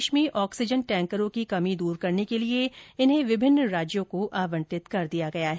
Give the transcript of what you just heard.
देश में ऑक्सीजन टैंकरों की कमी दूर करने के लिए इन्हें विभिन्न राज्यों को आवंटित कर दिया गया है